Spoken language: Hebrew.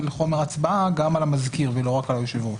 חומר הצבעה גם על המזכיר ולא רק על היושב-ראש.